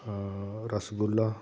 rasgulla